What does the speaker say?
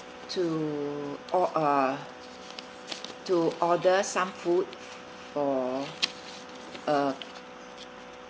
to or~ uh to order some food for uh